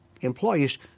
employees